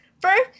First